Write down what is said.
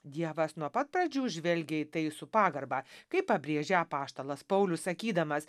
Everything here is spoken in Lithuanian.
dievas nuo pat pradžių žvelgė į tai su pagarba kaip pabrėžė apaštalas paulius sakydamas